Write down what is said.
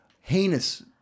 heinous